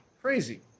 Crazy